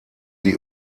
sie